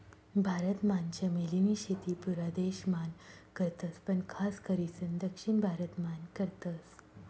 भारत मान चमेली नी शेती पुरा देश मान करतस पण खास करीसन दक्षिण भारत मान करतस